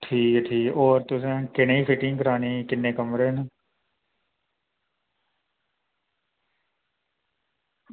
ठीक ऐ ठीक ऐ होर तुसें कनेही फिटिंग करानी किन्ने कमरे न